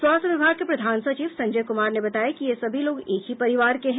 स्वास्थ्य विभाग के प्रधान सचिव संजय कुमार ने बताया कि ये सभी लोग एक ही परिवार के हैं